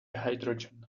hydrogen